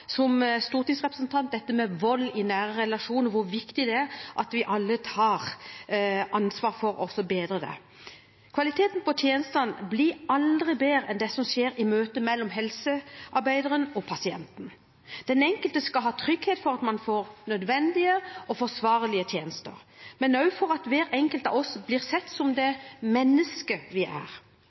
som stortingsrepresentant, vold i nære relasjoner og hvor viktig det er at vi alle tar ansvar for og bedrer situasjonen. Kvaliteten på tjenestene blir aldri bedre enn det som skjer i møtet mellom helsearbeideren og pasienten. Den enkelte skal ha trygghet for at en får nødvendige og forsvarlige tjenester, men også for at hver enkelt blir sett som det mennesket en er.